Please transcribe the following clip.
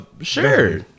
sure